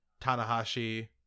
Tanahashi